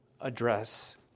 address